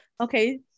Okay